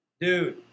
Dude